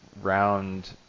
round